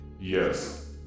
Yes